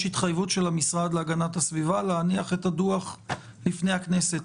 התחייבות של המשרד להגנת הסביבה להניח את הדוח בפני הכנסת.